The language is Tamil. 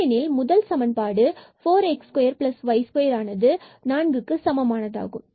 ஏனெனில் முதல் சமன்பாடு 4 x2y2 னது 4 க்கு சமமானதாகும்